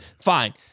fine